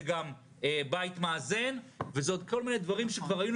זה גם בית מאזן וזה עוד כל מיני דברים שכבר היינו